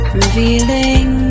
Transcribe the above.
revealing